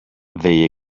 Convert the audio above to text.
they